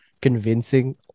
convincing